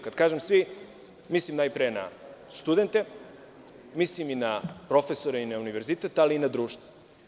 Kada kažem svi, mislim najpre na studente, mislim i na profesore i na univerzitet, ali i na društvo.